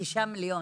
שישה מיליון,